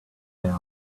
there